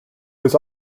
was